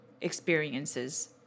experiences